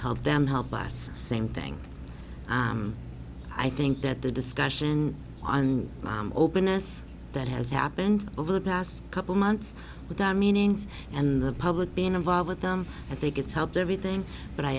help them help us same thing i think that the discussion on openness that has happened over the past couple months with our meanings and the public been involved with them i think it's helped everything but i